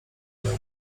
nią